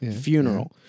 funeral